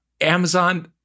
Amazon